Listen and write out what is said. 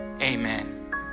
amen